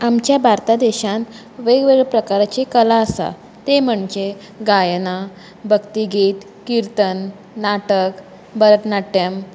आमच्या भारता देशान वेगवेगळ्या प्रकाराची कला आसा ती म्हणजे गायना भक्ती गीत किर्तन नाटक भरतनाट्यम